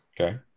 Okay